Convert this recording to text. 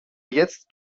jetzt